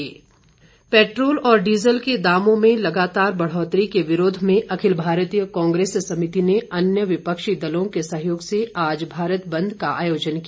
चक्का जाम पेट्रोल और डीजल के दामों में लगातार बढ़ोतरी के विरोध में अखिल भारतीय कांग्रेस समिति ने अन्य विपक्षी दलों के सहयोग से आज भारत बंद का आयोजन किया